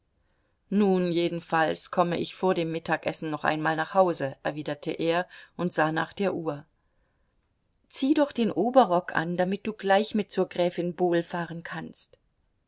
nun jedenfalls komme ich vor dem mittagessen noch einmal nach hause erwiderte er und sah nach der uhr zieh doch den oberrock an damit du gleich mit zur gräfin bohl fahren kannst